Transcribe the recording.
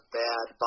bad